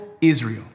Israel